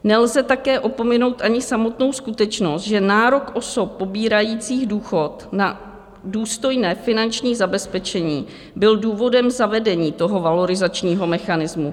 Nelze také opominout ani samotnou skutečnost, že nárok osob pobírajících důchod na důstojné finanční zabezpečení byl důvodem zavedení toho valorizačního mechanismu.